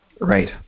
Right